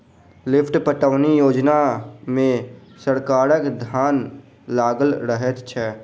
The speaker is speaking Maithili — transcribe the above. लिफ्ट पटौनी योजना मे सरकारक धन लागल रहैत छै